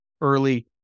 early